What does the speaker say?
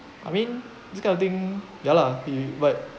I mean this kind of thing ya lah you but